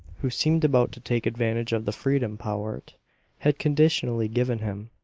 who seemed about to take advantage of the freedom powart had conditionally given him.